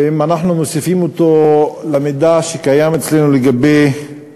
ואם אנחנו מוסיפים אותו למידע שקיים אצלנו על המצב